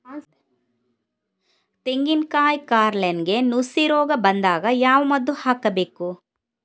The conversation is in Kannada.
ತೆಂಗಿನ ಕಾಯಿ ಕಾರ್ನೆಲ್ಗೆ ನುಸಿ ರೋಗ ಬಂದಾಗ ಯಾವ ಮದ್ದು ಹಾಕಬೇಕು?